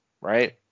right